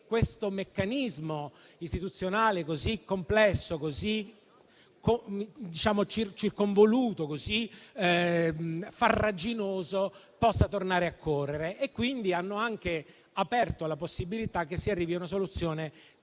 questo meccanismo istituzionale così complesso, così circonvoluto e così farraginoso possa tornare a correre. Quindi hanno anche aperto alla possibilità che si arrivi a una soluzione